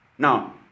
Now